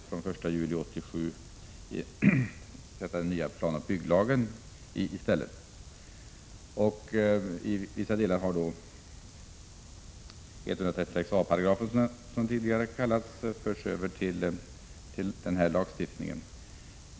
Från den 1 juli 1987 kommer den nya planoch bygglagen att sättas i stället. Vissa delar av den tidigare 136 a § har förts över till denna lagstiftning.